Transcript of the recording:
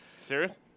Serious